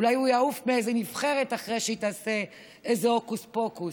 אולי הוא יעוף מאיזה נבחרת אחרי שהיא תעשה איזה הוקוס פוקוס.